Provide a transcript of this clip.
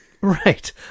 Right